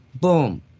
boom